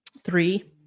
Three